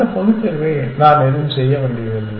அந்த பகுத்தறிவை நான் எதுவும் செய்ய வேண்டியதில்லை